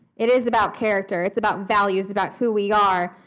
it is about character. it's about values, about who we are.